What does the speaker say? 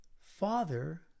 Father